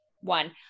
one